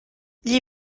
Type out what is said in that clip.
gli